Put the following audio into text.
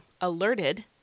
alerted